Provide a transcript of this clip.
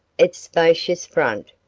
its spacious front,